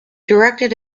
directed